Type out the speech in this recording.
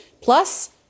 Plus